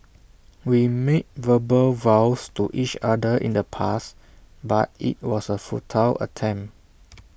we made verbal vows to each other in the past but IT was A futile attempt